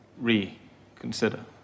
reconsider